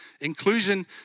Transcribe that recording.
Inclusion